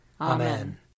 Amen